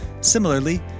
Similarly